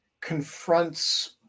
confronts